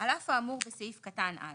-- "(ב) על אף האמור בסעיף (א),